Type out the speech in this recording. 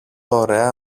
ωραία